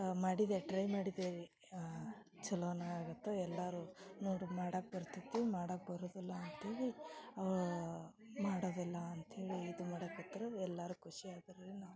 ಮಾಡಿದ್ದೆ ಟ್ರೈ ಮಾಡಿದ್ದೆ ರೀ ಚಲೋನ ಆಗತ್ತೆ ಎಲ್ಲಾರು ನೋಡು ಮಾಡಾಕೆ ಬರ್ತೈತಿ ಮಾಡಾಕೆ ಬರುದಿಲ್ಲ ಅಂತೇಳಿ ಮಾಡುದಿಲ್ಲ ಅಂತೇಳಿ ಇದು ಮಾಡಕೆ ಹತ್ರು ಎಲ್ಲಾರು ಖುಷಿ ಆದರು ರೀ